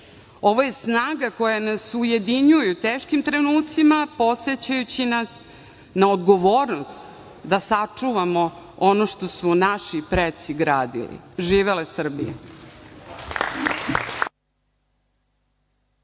Ovo je snaga koja nas ujedinjuje u teškim trenucima, podsećajući nas na odgovornost da sačuvamo ono što su naši preci gradili. Živela Srbija!